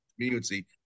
community